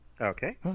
Okay